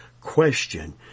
question